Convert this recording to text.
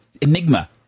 Enigma